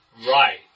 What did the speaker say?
Right